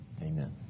Amen